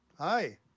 Hi